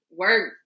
work